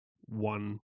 one